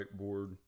whiteboard